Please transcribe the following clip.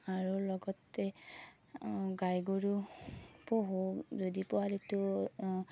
আৰু লগতে গাই গৰু পোহোঁ যদি পোৱালিটো